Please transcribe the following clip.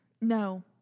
No